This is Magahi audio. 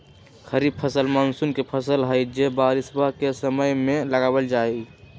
खरीफ फसल मॉनसून के फसल हई जो बारिशवा के समय में लगावल जाहई